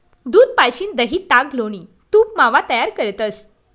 दूध पाशीन दही, ताक, लोणी, तूप, मावा तयार करतंस